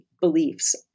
beliefs